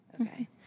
okay